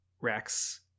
Rex